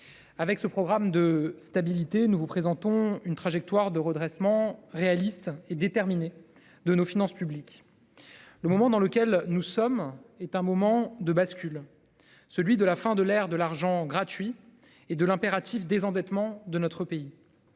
Avec ce programme de stabilité, nous vous présentons une trajectoire de redressement réaliste et déterminée de nos finances publiques. Le moment dans lequel nous sommes est un moment de bascule. Celui de la fin de l'ère de l'argent gratuit et de l'impératif désendettement de notre pays.